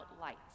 lights